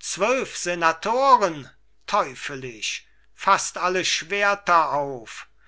zwölf senatoren teufelisch faßt alle schwerter auf